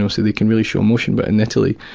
um so they can really show emotion, but in italy,